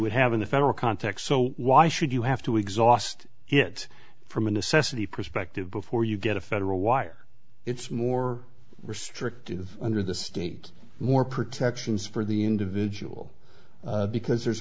would have in the federal context so why should you have to exhaust it from a necessity perspective before you get a federal wire it's more restrictive under the state more protections for the individual because there's